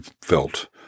felt